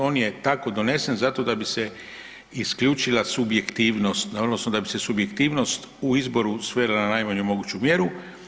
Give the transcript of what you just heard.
On je tako donesen zato da bi se isključila subjektivnost, odnosno da bi se subjektivnost u izboru svela na najmanju moguću mjeru.